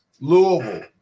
Louisville